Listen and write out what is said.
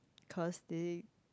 cause they